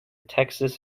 texas